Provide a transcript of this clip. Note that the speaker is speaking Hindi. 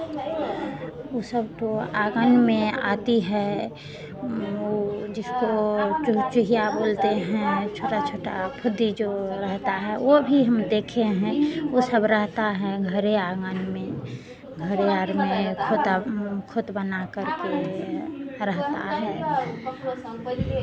वो सब तो आँगन में आती है वो जिसको चुहचुहिया बोलते हैं छोटा छोटा फुद्दी जो रहता है वो भी हम देखे हैं वो सब रहता है घरे आँगन में घरे आर में खोता खोत बनाकर के रहता है